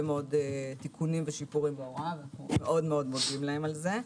מאוד תיקונים ושיפורים בהוראה ואנו מאוד מודים להם על זה.